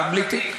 שר בלי תיק,